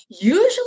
Usually